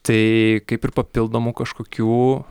tai kaip ir papildomų kažkokių